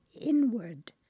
inward